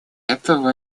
этого